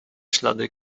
ślady